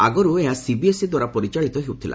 ଆଗରୁ ଏହା ସିବିଏସ୍ଇ ଦ୍ୱାରା ପରିଚାଳିତ ହେଉଥିଲା